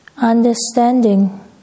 understanding